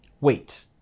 Wait